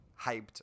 hyped